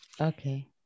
Okay